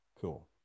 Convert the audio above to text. Cool